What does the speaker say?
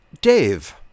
Dave